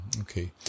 okay